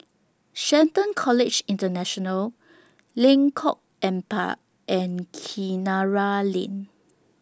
Shelton College International Lengkok Empat and Kinara Lane